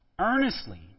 earnestly